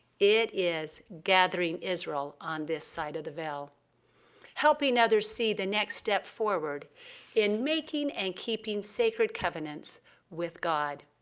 it is gathering israel on this side of the veil helping others see the next step forward in making and keeping sacred covenants with god.